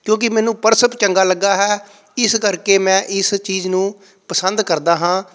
ਕਿਉਂਕਿ ਮੈਨੂੰ ਪਰਸ ਚੰਗਾ ਲੱਗਾ ਹੈ ਇਸ ਕਰਕੇ ਮੈਂ ਇਸ ਚੀਜ਼ ਨੂੰ ਪਸੰਦ ਕਰਦਾ ਹਾਂ